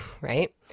right